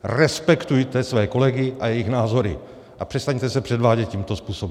Respektujte své kolegy a jejich názory a přestaňte se předvádět tímto způsobem.